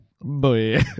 Boy